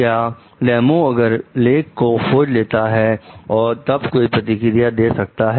क्या रेमो अगर लिख को खोज लेता है और तब कोई प्रतिक्रिया दे सकता है